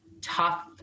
tough